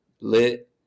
lit